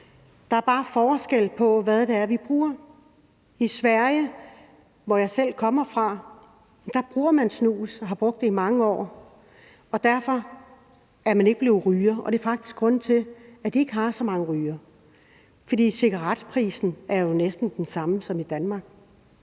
Der er bare forskel på, hvad det er, vi bruger. I Sverige, hvor jeg selv kommer fra, bruger man snus og har brugt det i mange år, og derfor er de ikke blevet rygere. Og det er faktisk grunden til, at de ikke har så mange rygere, for cigaretprisen er jo næste den samme som i Danmark.